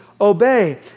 obey